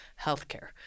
healthcare